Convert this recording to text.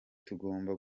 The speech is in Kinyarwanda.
tugomba